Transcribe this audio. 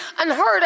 unheard